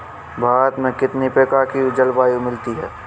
भारत में कितनी प्रकार की जलवायु मिलती है?